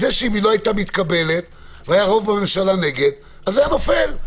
אם לא היתה מתקבלת והיה רוב בממשלה נגד, היה נופל.